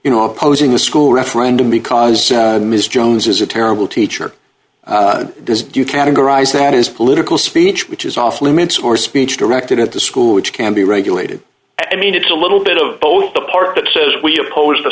you know opposing the school referendum because mr jones is a terrible teacher this do you categorize that as political speech which is off limits or speech directed at the school which can be regulated i mean it's a little bit of both of us that says we oppose the